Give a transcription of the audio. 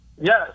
Yes